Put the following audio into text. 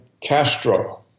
Castro